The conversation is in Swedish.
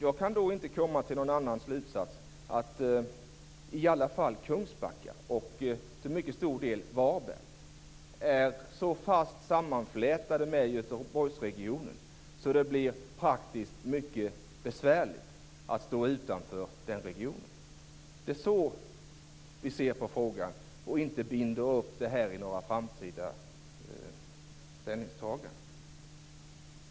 Jag kan inte komma till någon annan slutsats än att i alla fall Kungsbacka, liksom till mycket stor del Varberg, är så fast sammanflätat med Göteborgsregionen att det blir praktiskt mycket besvärligt att stå utanför den regionen. Det är så vi ser på frågan och inte binder upp det här i några framtida ställningstaganden.